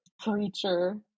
Creature